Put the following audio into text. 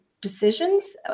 decisions